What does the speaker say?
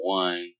one